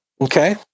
Okay